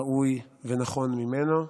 ראוי ונכון ממנו,